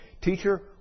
Teacher